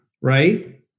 right